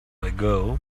ago